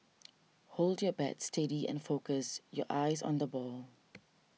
hold your bat steady and focus your eyes on the ball